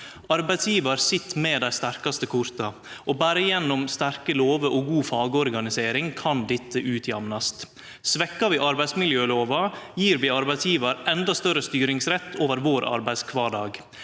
Arbeidsgivar sit med dei sterkaste korta. Berre gjennom sterke lover og god fagorganisering kan dette utjamnast. Svekker vi arbeidsmiljølova, gir vi arbeidsgivar endå større styringsrett over arbeidskvardagen